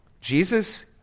Jesus